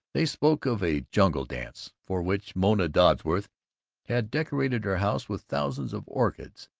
they spoke of a jungle dance for which mona dodsworth had decorated her house with thousands of orchids.